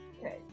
Okay